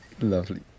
Lovely